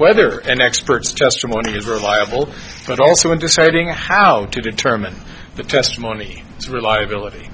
whether an expert's testimony is reliable but also in deciding how to determine the testimony reliability